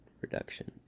reduction